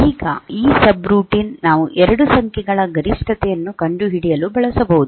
ಈಗ ಈ ಸಬ್ರುಟೀನ್ ನಾವು 2 ಸಂಖ್ಯೆಗಳ ಗರಿಷ್ಠತೆಯನ್ನು ಕಂಡುಹಿಡಿಯಲು ಇದನ್ನು ಬಳಸಬಹುದು